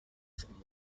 from